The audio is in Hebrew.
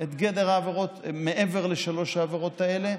את גדר העבירות מעבר לשלוש העבירות האלה.